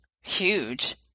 huge